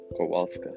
Kowalska